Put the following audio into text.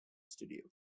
studio